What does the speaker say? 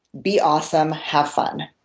be awesome. have fun.